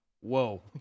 whoa